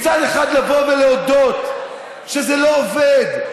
מצד אחד לבוא ולהודות שזה לא עובד,